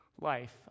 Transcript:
life